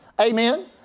Amen